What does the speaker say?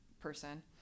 person